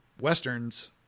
Westerns